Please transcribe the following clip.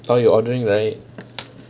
now you're ordering right